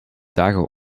dagen